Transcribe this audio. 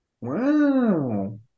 Wow